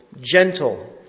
gentle